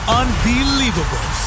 unbelievable